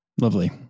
Lovely